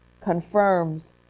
confirms